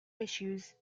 issues